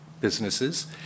businesses